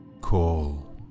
Call